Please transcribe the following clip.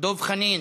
דב חנין.